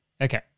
Okay